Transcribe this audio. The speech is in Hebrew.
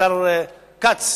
השר כץ,